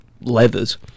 leathers